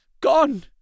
gone